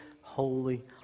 holy